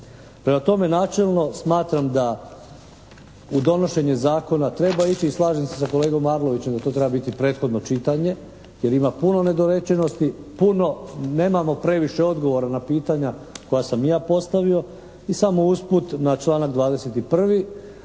Prema tome načelno smatram da u donošenje zakona treba ići i slažem se sa kolegom Arlovićem da to treba biti prethodno čitanje, jer ima puno nedorečenosti, nemamo previše odgovora na pitanja koja sam i ja postavio. I samo usput na članak 21.